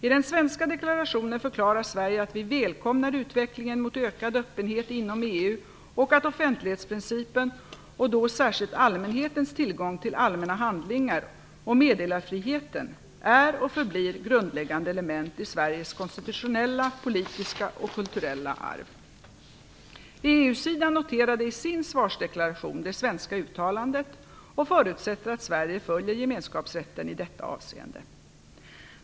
I den svenska deklarationen förklarar Sverige att vi välkomnar utvecklingen mot ökad öppenhet inom EU och att offentlighetsprincipen, och då särskilt allmänhetens tillgång till allmänna handlingar och meddelarfriheten, är och förblir grundläggande element i Sveriges konstitutionella, politiska och kulturella arv. EU-sidan noterar i sin svarsdeklaration det svenska uttalandet och förutsätter att Sverige följer gemenskapsrätten i detta avseende.